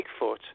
Bigfoot